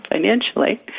financially